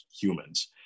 humans